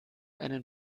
einem